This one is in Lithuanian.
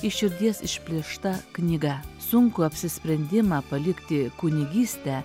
iš širdies išplėšta knyga sunkų apsisprendimą palikti kunigystę